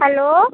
hello